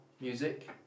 music